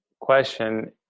question